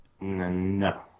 No